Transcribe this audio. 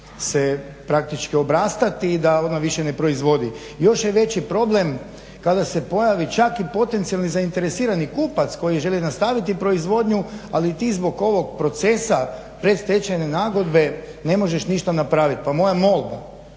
se praktički obrastati i da ona više ne proizvodi. Još je veći problem kada se pojavi čak i potencijalni zainteresirani kupac koji želi nastaviti proizvodnju ali ti zbog ovog procesa predstečajne nagodbe ne možeš ništa napraviti. Pa moja molba